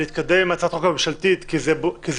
להתקדם עם הצעת החוק הממשלתית כי זה בהול,